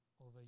over